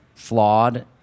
flawed